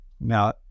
now